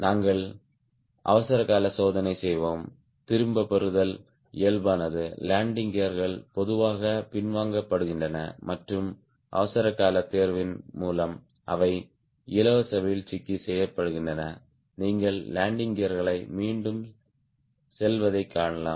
நாங்கள் அவசரகால சோதனை செய்வோம் திரும்பப் பெறுதல் இயல்பானது லேண்டிங் கியர்கள் பொதுவாக பின்வாங்கப்படுகின்றன மற்றும் அவசரகால தேர்வின் மூலம் அவை இலவச வீழ்ச்சிக்கு செய்யப்படுகின்றன நீங்கள் லேண்டிங் கியர்களை மீண்டும் செல்வதைக் காணலாம்